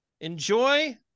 Enjoy